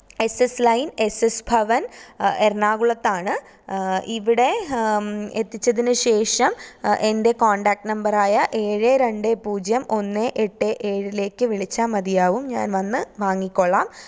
S S line S S Bhavan എറണാകുളത്താണ് ഇവിടെ എത്തിച്ചതിന് ശേഷം എന്റെ കോണ്ടാക്റ്റ് നമ്പറായ ഏഴ് രണ്ട് പൂജ്യം ഒന്ന് എട്ട് ഏഴിലേക്ക് വിളിച്ചാൽ മതിയാവും ഞാന് വന്ന് വാങ്ങിക്കൊള്ളാം